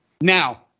Now